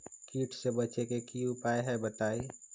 कीट से बचे के की उपाय हैं बताई?